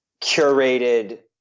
curated